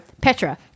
Petra